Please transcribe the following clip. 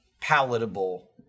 palatable